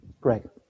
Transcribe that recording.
Greg